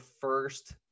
first